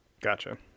Gotcha